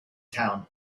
town